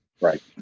Right